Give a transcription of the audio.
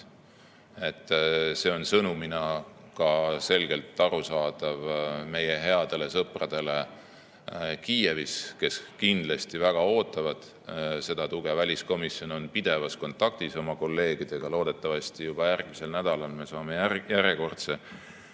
on sõnumina selgelt arusaadav ka meie headele sõpradele Kiievis, kes kindlasti väga ootavad seda tuge. Väliskomisjon on pidevas kontaktis oma kolleegidega, loodetavasti juba järgmisel nädalal me saame pidada